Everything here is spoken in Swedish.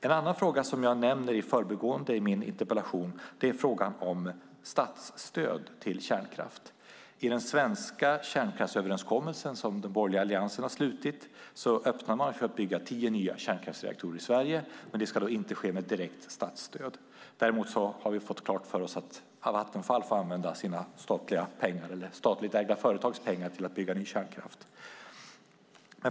En annan fråga som jag nämner i förbigående i min interpellation är frågan om statsstöd till kärnkraft. I den svenska kärnkraftsöverenskommelsen som den borgerliga alliansen har slutit öppnar man för att bygga tio nya kärnkraftsreaktorer i Sverige. Men det ska inte ske med direkt statsstöd. Däremot har vi fått klart för oss att det statligt ägda företaget Vattenfall får använda sina pengar till att bygga ny kärnkraft.